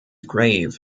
grave